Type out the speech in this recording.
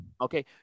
Okay